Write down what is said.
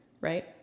right